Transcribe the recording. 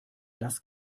das